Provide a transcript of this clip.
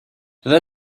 there